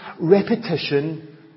repetition